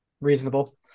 reasonable